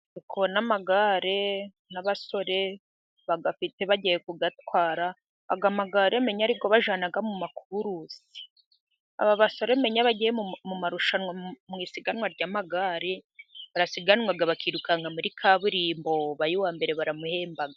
Ndi kubona amagare n'abasore bayafite bagiye kuyatwara ,aya magare umenya ari yo bajyana mu makurusi ,aba basore umenya bagiye mu marushanwa, ,mu isiganwa ry'amagare, barasiganwa ,bakirukanka muri kaburimbo ubaye uwa mbere baramuhemba.